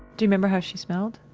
remember how she smelled?